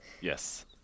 yes